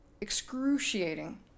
excruciating